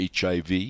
HIV